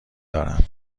دارم